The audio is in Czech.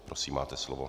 Prosím, máte slovo.